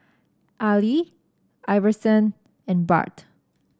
Ali Iverson and Bart